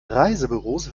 reisebüros